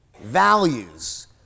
values